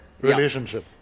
relationship